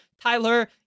Tyler